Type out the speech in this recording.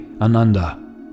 Ananda